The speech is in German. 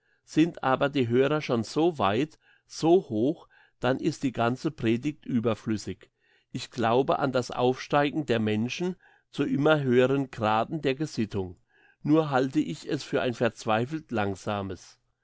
sind aber die hörer schon so weit so hoch dann ist die ganze predigt überflüssig ich glaube an das aufsteigen der menschen zu immer höheren graden der gesittung nur halte ich es für ein verzweifelt langsames